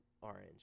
orange